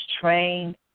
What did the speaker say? trained